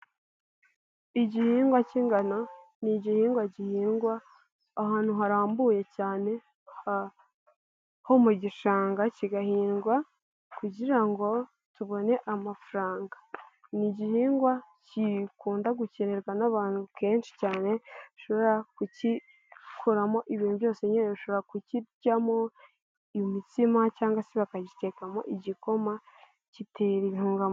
Igihingwa cy'ingano ni igihingwa gihingwa ahantu harambuye cyane ho mu gishanga kigahingwa kugira ngo tubone amafaranga ni igihingwa gikunda gukenerwa n'abantu kenshi cyane bashobora kugikoramo ibintu byose nyine bishobora kukiryamo imitsima cyangwa se bakagitekamo igikoma kitera intungamubiri.